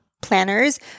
Planners